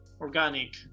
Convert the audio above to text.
organic